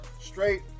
straight